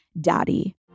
daddy